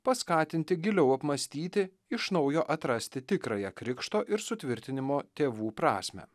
paskatinti giliau apmąstyti iš naujo atrasti tikrąją krikšto ir sutvirtinimo tėvų prasmę